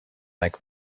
make